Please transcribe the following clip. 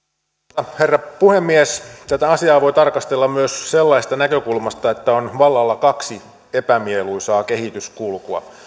arvoisa herra puhemies tätä asiaa voi tarkastella myös sellaisesta näkökulmasta että on vallalla kaksi epämieluisaa kehityskulkua